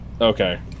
Okay